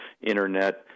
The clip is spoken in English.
Internet